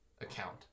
Account